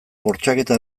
bortxaketa